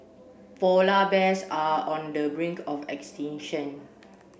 polar bears are on the brink of extinction